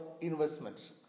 investment